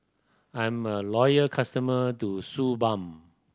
I'm a loyal customer to Suu Balm